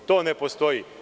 To ne postoji.